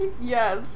Yes